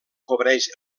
cobreix